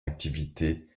activité